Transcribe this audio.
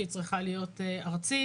שהיא צריכה להיות ארצית,